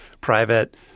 private